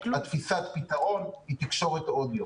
תפיסת הפתרון היא תקשורת אודיו.